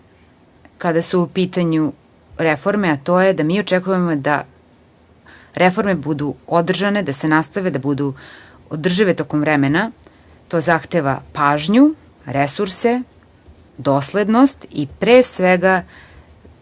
kada su u pitanju reforme, da očekujemo da reforme budu održane, da se nastave, da budu održive tokom vremena. To zahteva pažnju, resurse, doslednost i, pre svega,